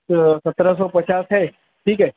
سترہ سو پچاس ہے ٹھیک ہے